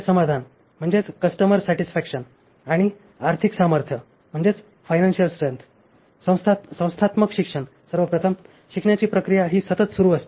संस्थात्मक शिक्षण सर्व प्रथम शिकण्याची प्रक्रिया ही सतत सुरू असते